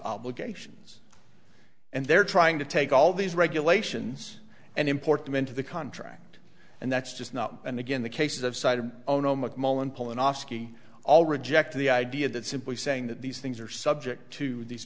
obligations and they're trying to take all these regulations and import them into the contract and that's just not and again the case of cited ono mcmullin pull an aussie all reject the idea that simply saying that these things are subject to these